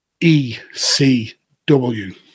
ECW